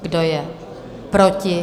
Kdo je proti?